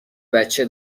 بچه